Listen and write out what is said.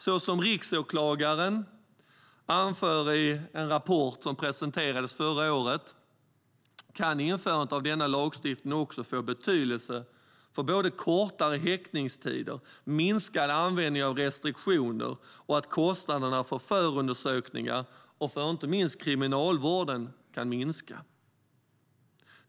Såsom riksåklagaren anför i en rapport som presenterades förra året kan införandet av denna lagstiftning också få betydelse i form av kortare häktningstider, minskad användning av restriktioner och minskade kostnader för förundersökningar och inte minst för kriminalvården.